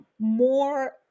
more